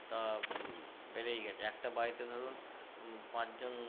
তা বেড়েই গেছে একটা বাড়িতে ধরুন পাঁচ জন